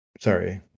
sorry